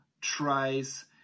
tries